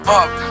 up